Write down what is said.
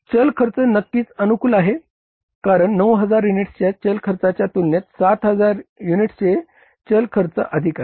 चल खर्च नक्कीच अनुकूल आहे कारण 9000 युनिट्सच्या चल खर्चाच्या तुलनेत 7000 युनिट्सचे चाल खर्च अधिक आहे